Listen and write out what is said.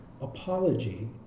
apology